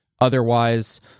Otherwise